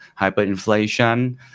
hyperinflation